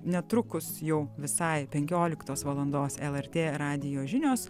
netrukus jau visai penkioliktos valandos lrt radijo žinios